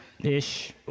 Ish